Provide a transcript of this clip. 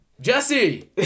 Jesse